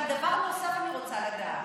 אבל דבר נוסף אני רוצה לדעת: